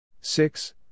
Six